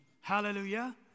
Hallelujah